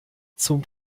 zum